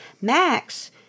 Max